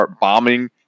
bombing